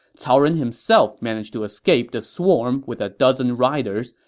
cao ren himself managed to escape the swarm with a dozen riders,